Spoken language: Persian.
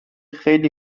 خیلی